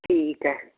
ਠੀਕ ਹੈ